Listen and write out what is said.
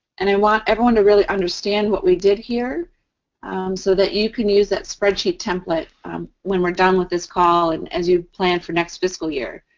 and i want everyone to really understand what we did here so that you can use that spreadsheet template when we're done with this call and as you plan for next fiscal year.